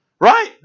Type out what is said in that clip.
right